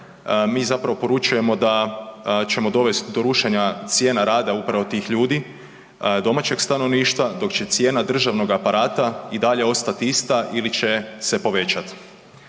mi zapravo poručujemo da ćemo dovesti do rušenja cijena rada upravo tih ljudi, domaćeg stanovništva, dok će cijena državnog aparata i dalje ostati ista ili će se povećati.